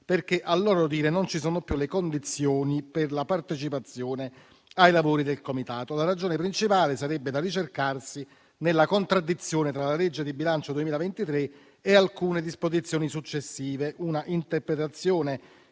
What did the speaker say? perché, a loro dire, non ci sono più le condizioni per la partecipazione ai lavori del comitato. La ragione principale sarebbe da ricercarsi nella contraddizione tra la legge di bilancio 2023 e alcune disposizioni successive. Un'interpretazione